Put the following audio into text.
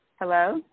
Hello